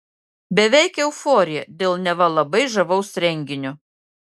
beveik euforija dėl neva labai žavaus renginio